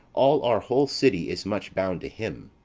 all our whole city is much bound to him.